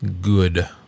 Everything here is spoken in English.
good